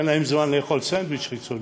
ואין להם זמן לאכול סנדוויץ' חיצוני.